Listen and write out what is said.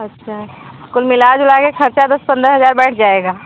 अच्छा कुल मिला जुला के खर्चा दस पंद्रह हजार बैठ जाएगा